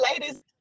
ladies